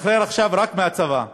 השתחרר עכשיו רק מהצבא,